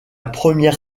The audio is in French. première